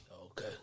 Okay